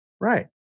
Right